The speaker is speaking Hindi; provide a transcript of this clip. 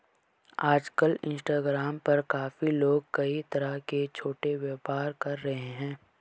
आजकल इंस्टाग्राम पर काफी लोग कई तरह के छोटे व्यापार कर रहे हैं